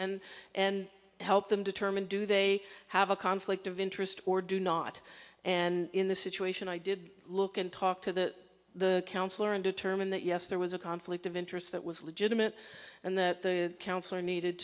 and and help them determine do they have a conflict of interest or do not and in this situation i did look and talk to the counselor and determine that yes there was a conflict of interest that was legitimate and that the counselor needed